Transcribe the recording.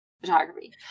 photography